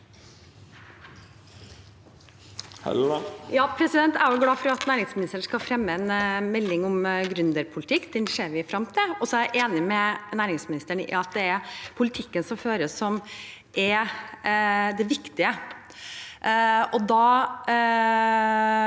Jeg er glad for at næringsministeren skal fremme en melding om gründerpolitikk. Den ser vi frem til. Jeg er enig med næringsministeren i at det er politikken som føres, som er det viktige.